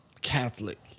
Catholic